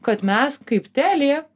kad mes kaip telia